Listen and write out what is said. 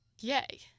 yay